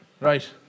right